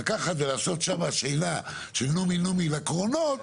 לקחת ולעשות שם שינה של נומי נומי לקרונות